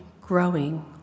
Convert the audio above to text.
growing